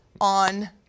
on